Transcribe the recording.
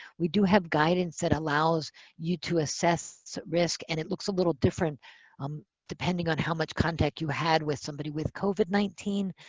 we do have guidance that allows you to assess risk, and it looks a little different um depending on how much contact you had with somebody with covid nineteen.